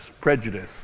prejudice